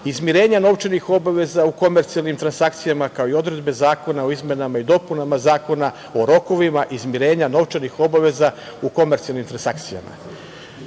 izmirenja novčanih obaveza u komercijalnim transakcijama, kao i odredbe Zakona o izmenama i dopunama Zakona o rokovima, izmirenja novčanih obaveza u komercijalnim transakcijama. Moja